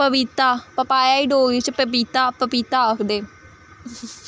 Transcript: पपीता प्पाया गी डोगरी च पपीता पपीता आखदे